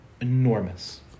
enormous